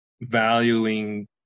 valuing